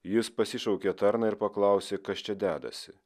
jis pasišaukė tarną ir paklausė kas čia dedasi